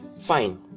fine